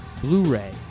blu-ray